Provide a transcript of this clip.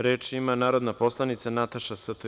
Reč ima narodna poslanica Nataša St.